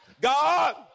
God